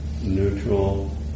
neutral